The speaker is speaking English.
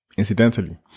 Incidentally